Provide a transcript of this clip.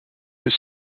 his